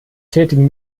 tätigen